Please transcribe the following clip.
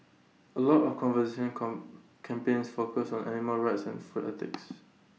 A lot of conservation com campaigns focus on animal rights and food ethics